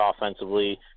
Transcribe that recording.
offensively